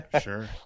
Sure